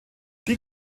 die